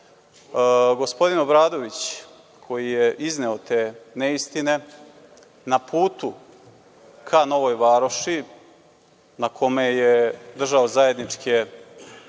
važno. Gospodin Obradović koji je izneo te neistine, na putu ka Novoj Varoši na kome je držao zajedničke